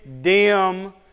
dim